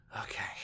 Okay